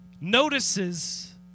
notices